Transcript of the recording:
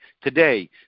today